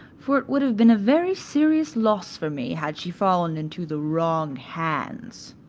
for it would have been a very serious loss for me, had she fallen into the wrong hands.